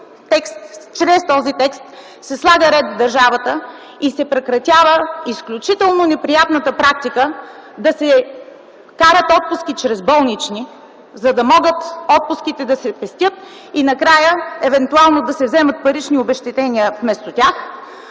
чрез този текст се слага ред в държавата и се прекратява изключително неприятната практика да се карат отпуски чрез болнични, за да могат да се пестят и вместо тях накрая евентуално да се вземат парични обезщетения.